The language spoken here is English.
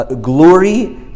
glory